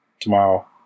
Tomorrow